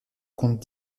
compte